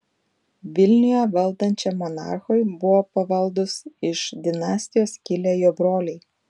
vilniuje valdančiam monarchui buvo pavaldūs iš dinastijos kilę jo broliai